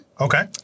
Okay